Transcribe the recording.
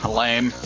lame